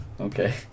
Okay